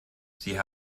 sie